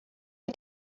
hat